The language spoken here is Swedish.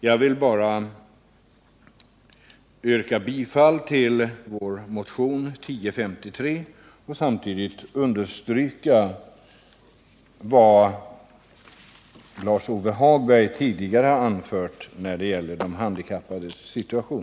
Jag vill bara yrka bifall till vår motion 1053 och samtidigt understryka vad Lars-Ove Hagberg tidigare har anfört när det gäller de handikappades situation.